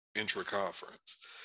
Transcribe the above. intra-conference